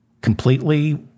completely